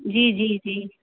जी जी जी